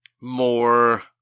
more